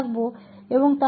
के साथ रहेंगे